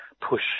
push